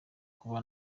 kuba